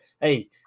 Hey